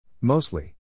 Mostly